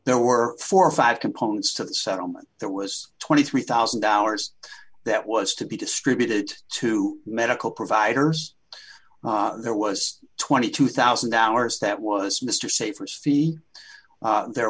there were four or five components to the settlement that was twenty three thousand dollars that was to be distributed to medical providers there was twenty two thousand hours that was mr safer see there